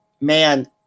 man